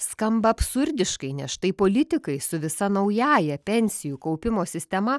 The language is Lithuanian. skamba absurdiškai nes štai politikai su visa naująja pensijų kaupimo sistema